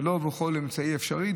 ולא כל אמצעי אפשרי,